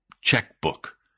checkbook